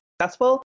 successful